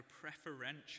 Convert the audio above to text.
preferential